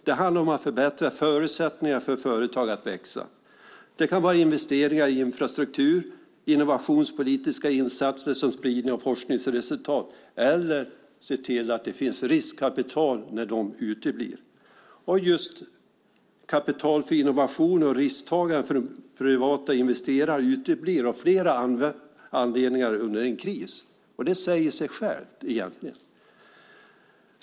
Det handlar om att förbättra förutsättningarna för företag att växa. Det kan vara investeringar i infrastruktur och innovationspolitiska insatser, som spridning av forskningsresultat eller att man ser till att det finns riskkapital när de uteblir. Kapital för innovation och risktagande när det gäller privata investerare uteblir av flera anledningar under en kris. Det säger egentligen sig självt.